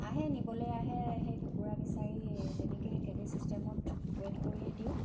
আহে নিবলৈ আহে সেই কুকুৰা বিচাৰি তেনেকৈ কেজি চিষ্টেমত ৱেট কৰিয়ে দিওঁ